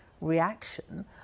reaction